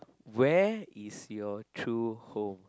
where is your true home